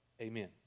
Amen